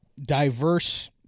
diverse